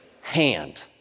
hand